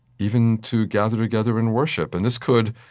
even to gather together and worship. and this could,